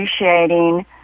appreciating